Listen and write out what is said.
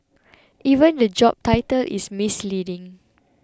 even the job title is misleading